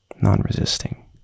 non-resisting